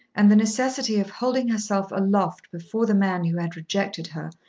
and the necessity of holding herself aloft before the man who had rejected her,